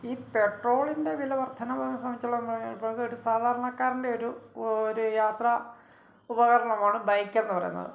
ഈ പെട്രോളിന്റെ വില വര്ദ്ധനവ് സംബന്ധിച്ചോളം സാധാരണക്കാരന്റെ ഒരു ഒരു യാത്ര ഉപകരണം ആണ് ബൈക്കെന്ന് പറയുന്നത്